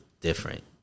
different